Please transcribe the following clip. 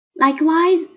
Likewise